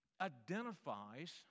identifies